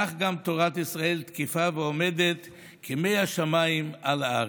כך גם תורת ישראל תקפה ועומדת כמי השמיים על הארץ.